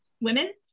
women